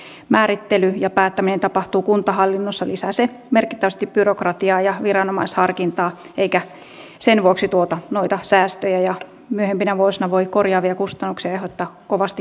jos taas määrittely ja päättäminen tapahtuu kuntahallinnossa lisää se merkittävästi byrokratiaa ja viranomaisharkintaa eikä sen vuoksi tuota noita säästöjä ja myöhempinä vuosina voi korjaavia kustannuksia aiheuttaa kovastikin paljon